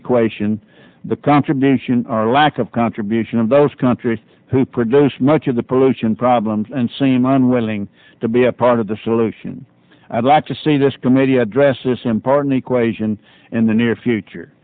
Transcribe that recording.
equation the contribution or lack of contribution of those countries who produce much of the pollution problems and seem unwilling to be a part of the solution i'd like to see this committee address this important equation in the near future